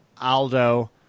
Aldo